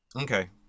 Okay